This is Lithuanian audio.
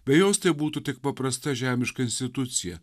be jos tebūtų tik paprasta žemiška institucija